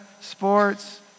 sports